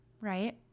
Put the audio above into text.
right